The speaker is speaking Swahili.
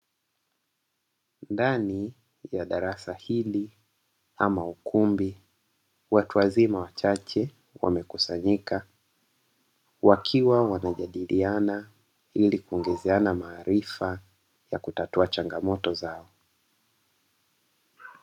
Ndani ya darasa hili ama ukumbi, watu wazima wachache wamekusanyika wakiwa wanajadiliana ili kuongeza maarifa ya kutatua changamoto zao.